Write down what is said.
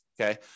okay